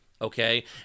Okay